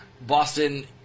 Boston